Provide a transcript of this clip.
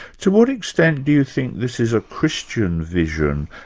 to what extent do you think this is a christian vision,